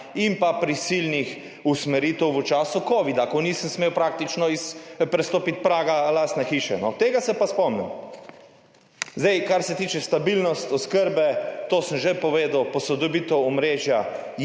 in prisilnih usmeritev v času covida, ko nisem smel praktično prestopiti praga lastne hiše. Tega se pa spomnim. Kar se tiče stabilnosti oskrbe, to sem že povedal, posodobitev omrežja